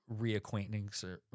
reacquainting